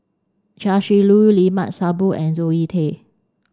Chia Shi Lu Limat Sabtu and Zoe Tay